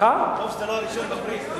טוב שזה לא ה-1 באפריל.